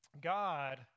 God